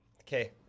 Okay